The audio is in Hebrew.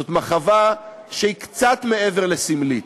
זאת מחווה שהיא קצת מעבר לסמלית,